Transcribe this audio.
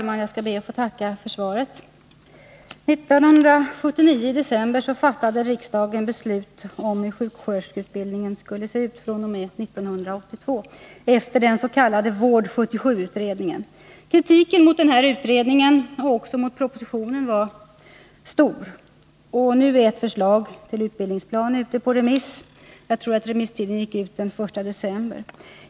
Herr talman! Jag ber att få tacka för svaret. Kritiken mot denna utredning och också mot propositionen var stor. Nu är ett förslag till utbildningsplan ute på remiss — jag tror att remisstiden gick ut den 1 december.